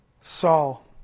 Saul